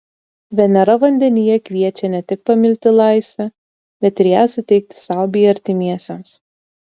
venera vandenyje kviečia ne tik pamilti laisvę bet ir ją suteikti sau bei artimiesiems